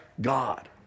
God